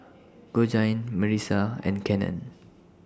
Georgine Marisa and Cannon